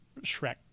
Shrek